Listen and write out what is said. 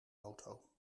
auto